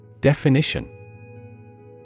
Definition